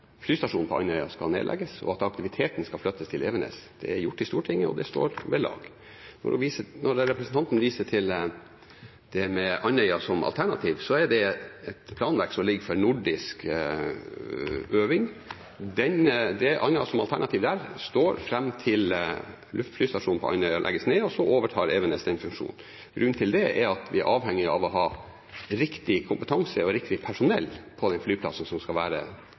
flystasjonen på Andøya skal nedlegges, og at aktiviteten skal flyttes til Evenes, er gjort i Stortinget, og det står ved lag. Når representanten viser til Andøya som alternativ, er det et planverk for nordisk øving. Andøya som alternativ der står fram til luftflystasjonen på Andøya legges ned, og så overtar Evenes den funksjonen. Grunnen til det er at vi er avhengig av å ha riktig kompetanse og personell på flyplassen som skal være